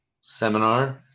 seminar